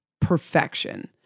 perfection